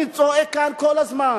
אני צועק כאן כל הזמן.